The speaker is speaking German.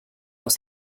aus